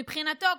מבחינתו,